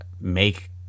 make